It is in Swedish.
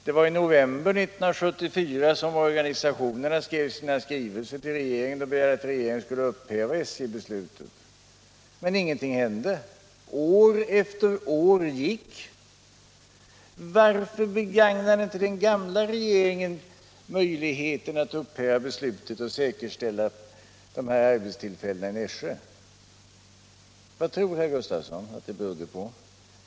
Det var i november 1975 som organisationerna skrev till regeringen och begärde att den skulle upphäva SJ-beslutet. Men ingenting hände. Tiden gick. Varför begagnade inte den gamla regeringen möjligheterna att upphäva beslutet och säkerställa de här arbetstillfällena i Nässjö? Vad tror herr Gustavsson att det berodde på?